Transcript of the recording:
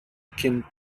cyn